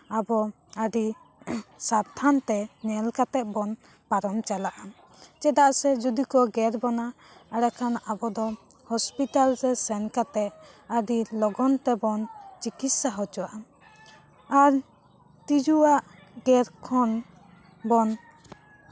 ᱟᱵᱚ ᱟᱹᱰᱤ ᱥᱟᱵᱫᱷᱟᱱ ᱛᱮ ᱧᱮᱞ ᱠᱟᱛᱮᱜ ᱵᱚᱱ ᱯᱟᱨᱚᱢ ᱪᱟᱞᱟᱜᱼᱟ ᱪᱮᱫᱟᱜ ᱥᱮ ᱡᱩᱫᱤ ᱠᱚ ᱜᱮᱨ ᱵᱚᱱᱟ ᱮᱰᱮᱠᱷᱟᱱ ᱟᱵᱚ ᱫᱚ ᱦᱚᱥᱯᱤᱴᱟᱞ ᱨᱮ ᱥᱮᱱ ᱠᱟᱛᱮᱜ ᱟᱹᱰᱤ ᱞᱚᱜᱚᱱ ᱛᱮᱵᱚᱱ ᱪᱤᱠᱤᱛᱥᱟ ᱦᱚᱪᱚᱜᱼᱟ ᱟᱨ ᱛᱤᱡᱩᱣᱟᱜ ᱜᱮᱨ ᱠᱷᱚᱱ ᱵᱚᱱ